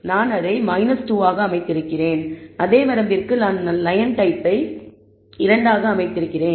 எனவே நான் அதை 2 ஆக அமைத்திருக்கிறேன் அதே வரம்பிற்கு நான் லயன் டைப்பை 2 ஆக அமைத்திருக்கிறேன்